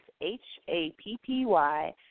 h-a-p-p-y